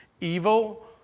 evil